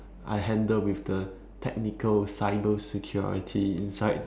I handle with the technical cyber security inside